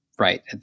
Right